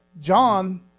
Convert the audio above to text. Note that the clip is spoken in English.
John